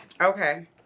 Okay